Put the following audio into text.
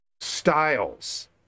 styles